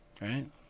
right